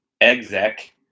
exec